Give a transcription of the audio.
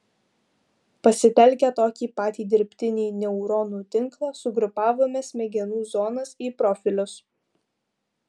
pasitelkę tokį patį dirbtinį neuronų tinklą sugrupavome smegenų zonas į profilius